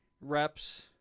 reps